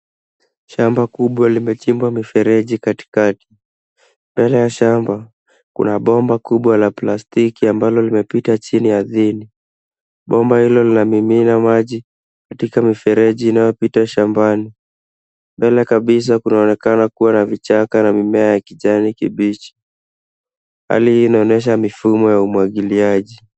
Shamba kubwa limechimbwa mifereji kati kati mbele ya shamba kuna bomba kubwa la plastiki ambalo limepita chini ardhini, bomba hilo lina mimina maji katika mifereji inayopita shambani mbele kabisa kunaonekana kuwa na vichaka na mimea ya kijani kibichi. Hali hii inaonyesha mifumo wa umwagiliaji.